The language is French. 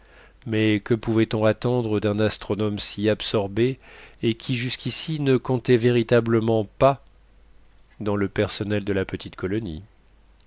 mais que pouvait-on attendre d'un astronome si absorbé et qui jusqu'ici ne comptait véritablement pas dans le personnel de la petite colonie